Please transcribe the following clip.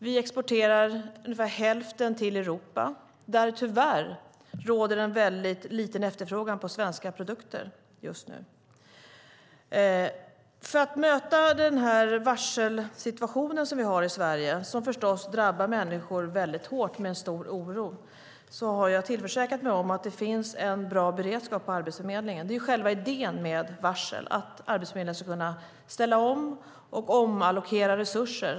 Vi exporterar ungefär hälften till Europa, där det tyvärr råder en väldigt liten efterfrågan på svenska produkter just nu. För att möta varselsituationen i Sverige, som förstås drabbar människor väldigt hårt med en stor oro, har jag tillförsäkrat mig att det finns en bra beredskap på Arbetsförmedlingen. Själva idén med varsel är att arbetsförmedlingarna ska kunna ställa om och omallokera resurser.